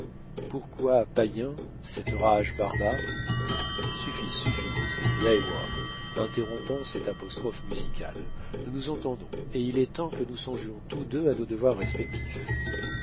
pourquoi païens cette rage barbare suffit suffit s'écria heyward interrompant cette apostrophe musicale nous nous entendons et il est temps que nous songions tous deux à nos devoirs respectifs